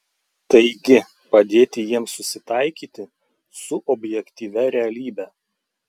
taigi padėti jiems susitaikyti su objektyvia realybe